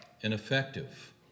ineffective